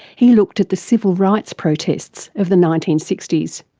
he looked at the civil rights protests of the nineteen sixty s.